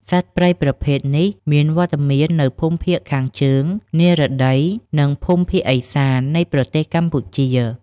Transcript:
សត្វព្រៃប្រភេទនេះ មានវត្តមាននៅភូមិភាគខាងជើង និរតី និងភូមិភាគឦសាន នៃប្រទេសកម្ពុជា។